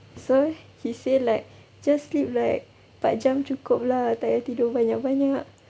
so he say like just sleep like empat jam cukup lah tak payah tidur banyak-banyak